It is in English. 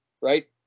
right